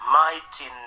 mighty